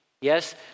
yes